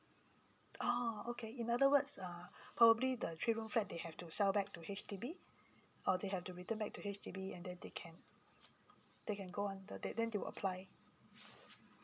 orh okay in other words uh probably the three room flat they have to sell back to H_D_B or they have to return back to H_D_B and then they can they can go on the then they will apply